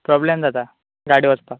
problem जाता गाडी वचपाक